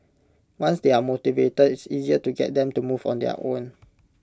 once they are motivated it's easier to get them to move on their own